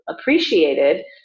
appreciated